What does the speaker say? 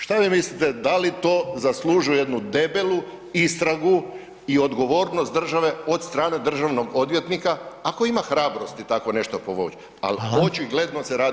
Šta vi mislite da li to zaslužuje jednu debelu istragu i odgovornost države od strane državnog odvjetnika ako ima hrabrosti tako nešto pomoć ali očigledno se radi o pljačci.